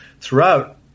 throughout